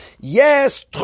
yes